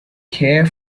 care